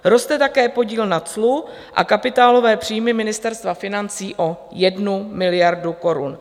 Roste také podíl na clu a kapitálové příjmy Ministerstva financí o 1 miliardu korun.